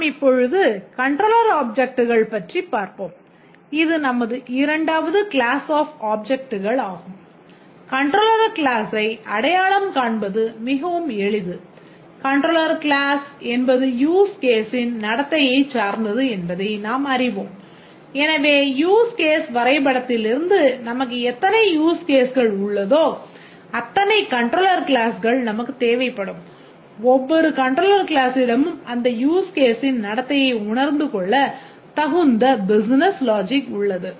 நாம் இப்பொழுது கண்ட்ரோலர் ஆப்ஜெக்ட்கள் உள்ளது